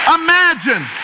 imagine